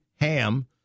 ham